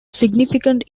significant